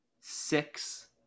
six